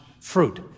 fruit